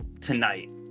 tonight